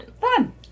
Fun